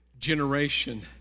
generation